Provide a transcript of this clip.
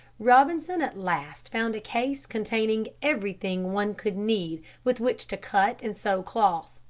robinson at last found a case containing everything one could need with which to cut and sew cloth.